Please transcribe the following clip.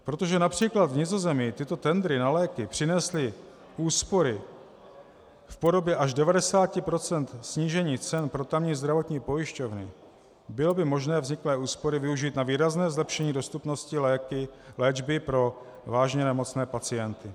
Protože například v Nizozemí tyto tendry na léky přinesly úspory v podobě až 90 % snížení cen pro tamní zdravotní pojišťovny, bylo by možné vzniklé úspory využít na výrazné zlepšení dostupnosti léčby pro vážně nemocné pacienty.